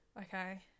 okay